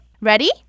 Ready